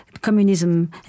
communism